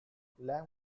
lang